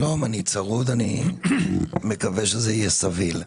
שלום, אני צרוד, אני מקווה שזה יהיה סביל.